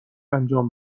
انجام